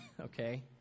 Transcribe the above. okay